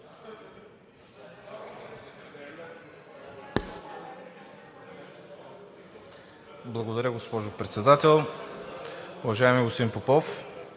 Благодаря, госпожо Председател. Уважаеми господин Попов,